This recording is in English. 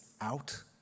out